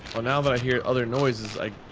oh now that i hear other noises i